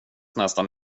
nästan